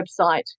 website